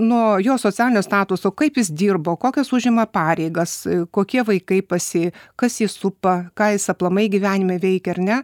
nuo jo socialinio statuso kaip jis dirbo kokias užima pareigas kokie vaikai pas jį kas jį supa ką jis aplamai gyvenime veikia ar ne